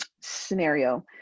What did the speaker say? scenario